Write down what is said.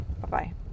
bye-bye